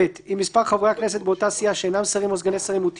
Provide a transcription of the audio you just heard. ב)אם מספר חברי הכנסת באותה סיעה שאינם שרים או סגני שרים הוא תשעה,